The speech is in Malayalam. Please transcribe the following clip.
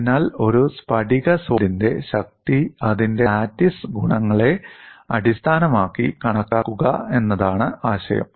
അതിനാൽ ഒരു സ്ഫടിക സോളിഡിന്റെ ശക്തി അതിന്റെ ലാറ്റിസ് ഗുണങ്ങളെ അടിസ്ഥാനമാക്കി കണക്കാക്കുക എന്നതാണ് ആശയം